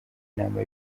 inama